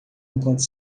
enquanto